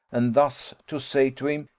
and thus to say to him,